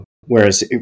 Whereas